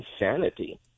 insanity